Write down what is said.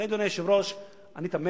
לכן, אדוני היושב-ראש, אני תמה